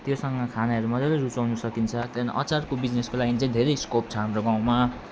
त्योसँग खानाहरू मजाले रुचाउनु सकिन्छ त्यहाँदेखिन् अचारको बिजिनेसको लागि चाहिँ धेरै स्कोप छ हाम्रो गाउँमा